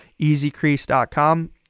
easycrease.com